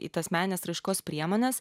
į tas menines raiškos priemones